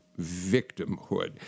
victimhood